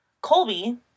Colby